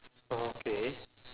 okay